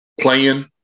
playing